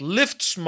lifts